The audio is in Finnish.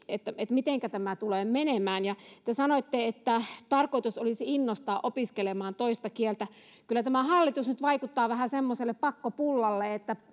mitenkä tämä tulee menemään te sanoitte että tarkoitus olisi innostaa opiskelemaan toista kieltä kyllä tämä nyt hallitus vaikuttaa vähän semmoiselta pakkopullalta